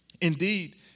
Indeed